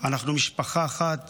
אנחנו משפחה אחת